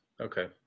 okay